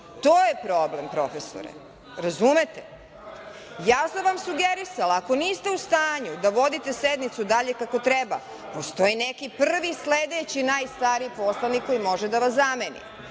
To je problem, profesore. Razumete? Ja sam vam sugerisala. Ako niste u stanju da vodite sednicu dalje kako treba, postoji neki prvi sledeći najstariji poslanik koji može da vas zameni.